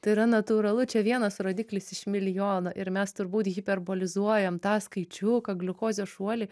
tai yra natūralu čia vienas rodiklis iš milijono ir mes turbūt hiperbolizuojam tą skaičiuką gliukozės šuolį